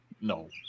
No